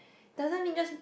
doesn't mean just